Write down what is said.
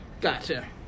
Gotcha